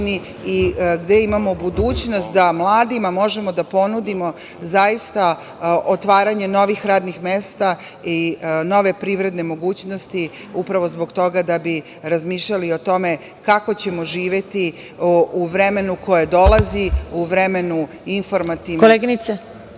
i gde imamo budućnost da mladima možemo da ponudimo zaista otvaranje novih radnih mesta i nove privredne mogućnosti upravo zbog toga da bi razmišljali o tome kako ćemo živeti u vremenu koje dolazi, u vremenu informativne…